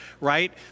right